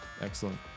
Excellent